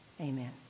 amen